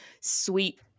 sweet